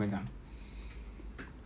then 你去喝一杯茶先 lah